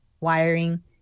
wiring